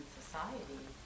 society